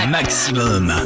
Maximum